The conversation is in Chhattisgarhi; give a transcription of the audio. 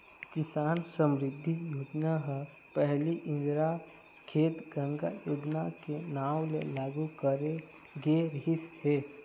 किसान समरिद्धि योजना ह पहिली इंदिरा खेत गंगा योजना के नांव ले लागू करे गे रिहिस हे